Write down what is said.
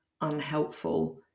unhelpful